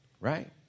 right